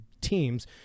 teams